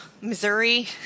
Missouri